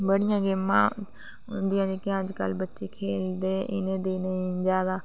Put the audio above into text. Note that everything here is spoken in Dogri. बडियां गेमा होंदियां जेहकियां अजकल बच्चे खेलदे इने दिने च जां